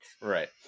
right